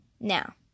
Now